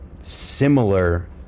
similar